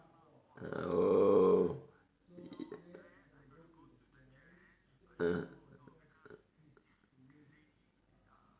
oh uh